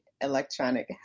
electronic